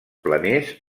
planers